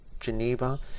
Geneva